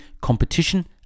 competition